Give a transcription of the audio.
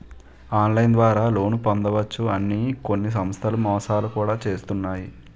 online ద్వారా loan పొందవచ్చు అని కొన్ని సంస్థలు మోసాలు కూడా చేస్తున్నాయి